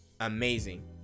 amazing